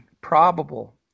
probable